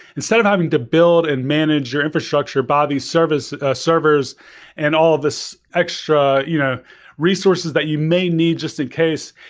instead of having to build and manage your infrastructure, bobby's servers servers and all this extra you know resources that you may need just in case,